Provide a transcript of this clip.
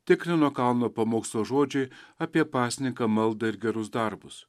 tikrino kalno pamokslo žodžiai apie pasninką maldą ir gerus darbus